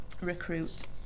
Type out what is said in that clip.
recruit